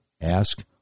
Ask